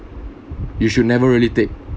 you should never really take